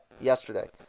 yesterday